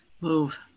Move